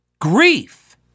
grief